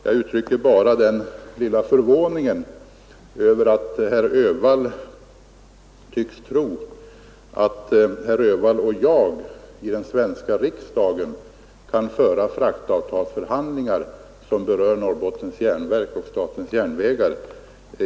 Jag uttrycker bara min förvåning över att herr Öhvall tycks tro att herr Öhvall och jag i den svenska riksdagen kan föra fraktavtalsförhandlingar som berör Norrbottens järnverk och statens järnvägar.